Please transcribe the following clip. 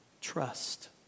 Trust